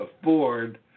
afford